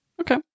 Okay